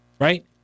right